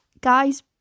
guys